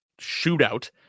shootout